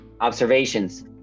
observations